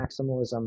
maximalism